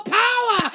power